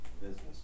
business